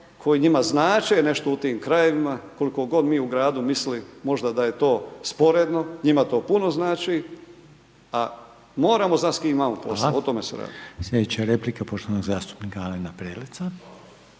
koji njima znače nešto u tim krajevima, koliko god mi u gradu mislili možda da je to sporedno, njima to puno znači, a moramo znat s kim imamo posla, o tome se radi. **Reiner, Željko (HDZ)** Hvala, slijedeća replika poštovanog zastupnika Alena Preleca.